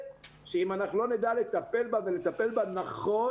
שאם אנחנו לא נדע לטפל בה ולטפל בה נכון,